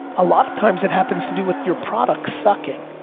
a lot of times it happens to do with your products sucking.